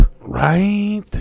right